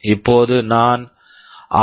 இப்போது நான் ஆர்